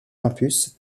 campus